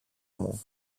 μου